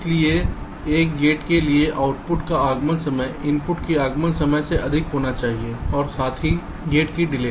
इसलिए एक गेट के लिए आउटपुट का आगमन समय इनपुट के आगमन के समय से अधिक होना चाहिए और साथ ही गेट की डिले